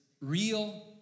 real